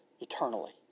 eternally